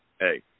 Hey